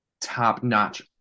top-notch